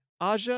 Aja